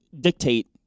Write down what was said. dictate